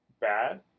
bad